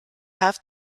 have